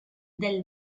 del